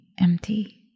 empty